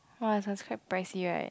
!wah! it's like quite pricey right